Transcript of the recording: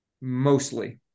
Mostly